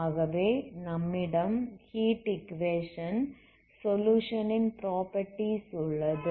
ஆகவே நம்மிடம் heat equation solution ன் ப்ராப்பர்ட்டீஸ் உள்ளது